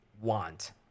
want